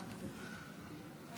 כבוד היושב-ראש,